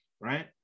right